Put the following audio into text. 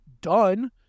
done